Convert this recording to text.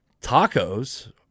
tacos